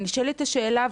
נשאלת השאלה,